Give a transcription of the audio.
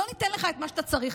לא ניתן לך את מה שאתה צריך.